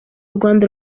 rwanda